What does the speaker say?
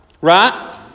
Right